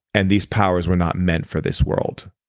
and these powers were not meant for this world.